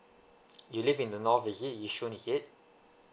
you live in the north is it yishun is it